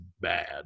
bad